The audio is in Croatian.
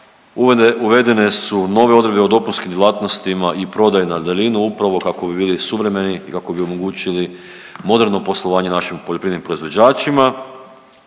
Uvedene su nove odredbe o dopunskim djelatnostima i prodaji na daljinu upravo kako bi bili suvremeni i kako bi omogućili moderno poslovanje naših poljoprivrednim proizvođačima